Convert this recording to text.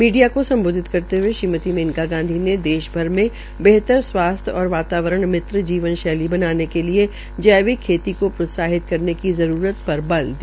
media को सम्बोधित करते हये श्रीमती मेनका गांधी ने देशभर में बेहतर स्वासथ्य और वातावरण मित्र जीवन शैली बनाने के लिये जैविक खेती को प्रोत्साहित करने की जरूरत पर बल दिया